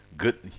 good